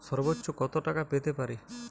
সর্বোচ্চ কত টাকা ঋণ পেতে পারি?